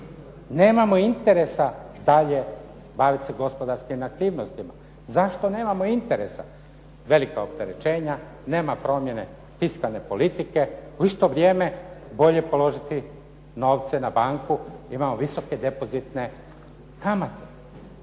nemamo interesa dalje baviti se gospodarskim aktivnostima. Zašto nemamo interesa? Velika opterećenja, nema promjene fiskalne politike, u isto vrijeme bolje položiti novce na banku. Imamo visoke depozitne kamate.